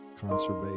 conservation